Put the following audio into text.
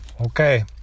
Okay